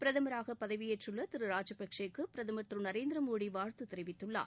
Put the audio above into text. பிரதமராக பதவியேற்றுள்ள திரு ராஜபக்ஷே க்கு பிரதமர் திரு நரேந்திரமோடி வாழ்த்து தெரிவித்துள்ளார்